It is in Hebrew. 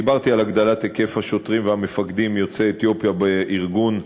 דיברתי על הגדלת מספר השוטרים והמפקדים יוצאי אתיופיה בארגון,